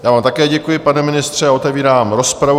Já vám také děkuji, pane ministře, a otevírám rozpravu.